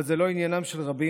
אבל זה לא עניינם של רבים,